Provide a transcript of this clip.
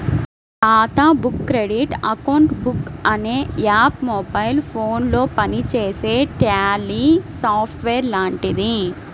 ఖాతా book credit account book అనే app mobile ఫోనులో పనిచేసే ట్యాలీ సాఫ్ట్ వేర్ లాంటిది